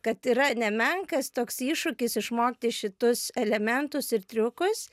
kad yra nemenkas toks iššūkis išmokti šitus elementus ir triukus